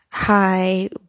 Hi